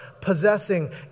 possessing